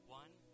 one